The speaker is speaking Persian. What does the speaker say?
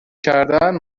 کردن